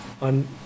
on